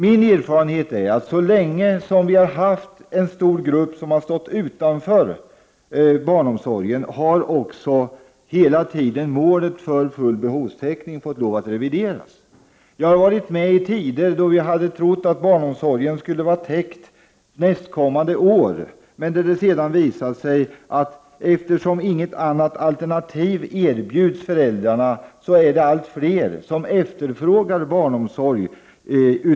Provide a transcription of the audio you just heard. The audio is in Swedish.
Min erfarenhet är, att så länge som en stor grupp har stått utanför barnomsorgen har också målet för full behovstäckning hela tiden fått revideras. Jag var med i tider då vi trodde att barnomsorgsbehovet skulle vara täckt nästkommande år, men då det visade sig att allt fler av dem som stod utanför efterfrågade barnomsorg, eftersom inget alternativ erbjöds föräldrarna.